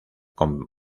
con